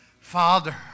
Father